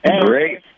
great